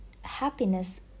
happiness